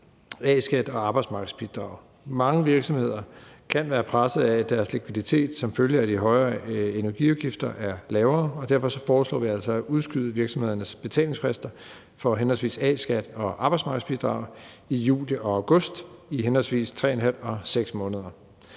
A-skat og arbejdsmarkedsbidrag. Mange virksomheder kan være presset af, at deres likviditet som følge af de højere energiafgifter er lavere, og derfor foreslår vi altså at udskyde virksomhedernes betalingsfrister for henholdsvis A-skat og arbejdsmarkedsbidrag i juli og august i henholdsvis 3½ og 6 måneder.